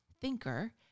thinker